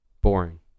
Boring